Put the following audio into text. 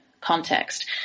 context